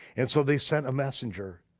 and so they sent a messenger,